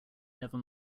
never